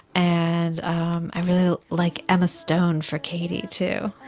and i really like emma stone for katie too.